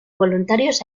voluntarios